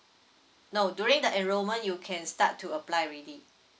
no during the enrollment you can start to apply already